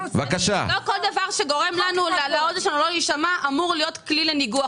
רוצה ------ לא כל דבר שנשמע לנו לא טוב אמור להיות כלי לניגוח.